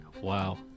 Wow